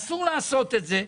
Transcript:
אסור לעשות את זה.